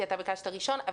אתה ביקשת ראשון.